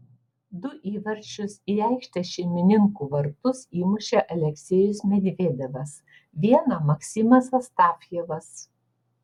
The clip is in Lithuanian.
du įvarčius į aikštės šeimininkų vartus įmušė aleksejus medvedevas vieną maksimas astafjevas